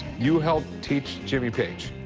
you helped teach jimmy page?